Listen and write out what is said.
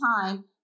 time